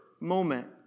moment